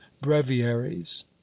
breviaries